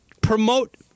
promote